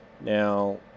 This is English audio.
Now